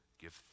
Give